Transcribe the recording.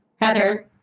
Heather